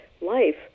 life